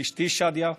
לאשתי שאדיה,